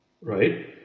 right